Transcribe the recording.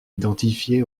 identifiée